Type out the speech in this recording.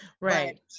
Right